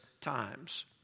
times